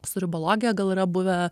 su ribologija gal yra buvę